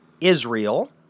Israel